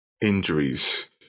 injuries